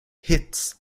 hits